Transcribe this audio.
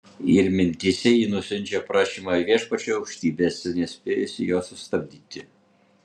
ir mintyse ji nusiunčia prašymą viešpačiui aukštybėse nespėjusi to sustabdyti